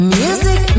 music